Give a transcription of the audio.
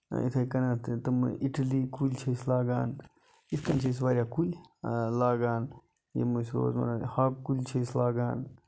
یِتھَے کَنَتھ تِم اِٹلی کُلۍ چھِ أسۍ لاگان یِتھ کَنۍ چھِ أسۍ واریاہ کُلۍ لاگان یِم ہاکہٕ کُلی چھِ أسۍ لاگان